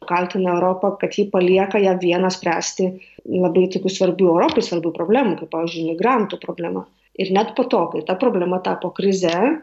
kaltina europą kad ji palieka ją vieną spręsti labai tokių svarbių europai svarbių problemų kaip pavyzdžiui migrantų problema ir net po to kai ta problema tapo krize